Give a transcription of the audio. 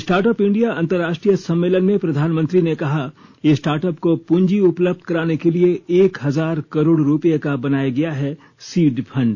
startup India अंतरराष्ट्रीय सम्मेलन में प्रधानमंत्री ने कहा स्टार्टअप को पूंजी उपलब्ध कराने के लिए एक हजार करोड़ रूपये का बनाया गया है सीड फंड